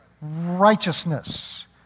righteousness